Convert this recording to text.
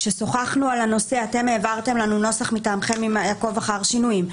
כששוחחנו על הנושא אתם העברתם לנו נוסח מטעמכם עם עקוב אחר שינויים,